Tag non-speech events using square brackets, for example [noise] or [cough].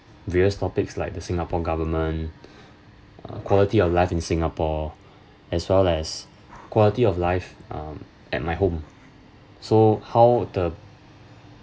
various topics like the singapore government [breath] uh quality of life in singapore as well as quality of life um at my home so how the